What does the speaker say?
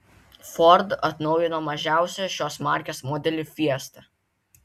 ford atnaujino mažiausią šios markės modelį fiesta